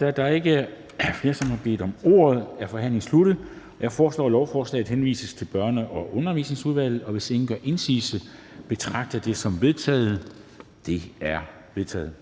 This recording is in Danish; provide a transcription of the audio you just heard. Da der er ikke flere, der har bedt om ordet, er forhandlingen sluttet. Jeg foreslår, at lovforslaget henvises til Børne- og Undervisningsudvalget. Hvis ingen gør indsigelse, betragter jeg det som vedtaget. Det er vedtaget.